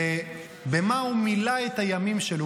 זה במה הוא מילא את הימים שלו.